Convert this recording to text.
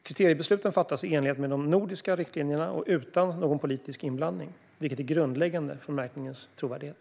Kriteriebesluten fattas i enlighet med de nordiska riktlinjerna och utan någon politisk inblandning, vilket är grundläggande för märkningens trovärdighet.